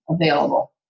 available